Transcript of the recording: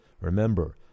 Remember